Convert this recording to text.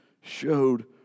showed